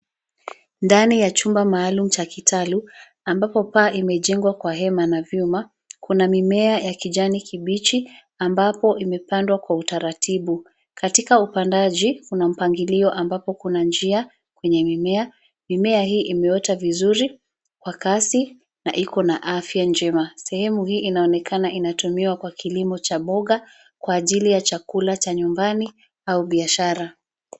Ndani ya chumba maalum cha kitalu , amabapo paa imejengwa kwa hema na vyuma. Kuna mimea ya kijani kibichi ambapo imepandwa kwa utaratibu. Katika upandaji, kuna mpangilio ambapo kuna njia kwenye mimea. Mimea hii imeota vizuri kwa kasi na ikona afya njema. Sehemu hii inaonekana inatumiwa kwa kilimo cha mboga kwa ajili ya chakula cha nyumbani au biashara.